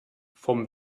vom